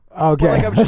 Okay